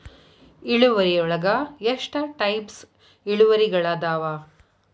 ಇಳುವರಿಯೊಳಗ ಎಷ್ಟ ಟೈಪ್ಸ್ ಇಳುವರಿಗಳಾದವ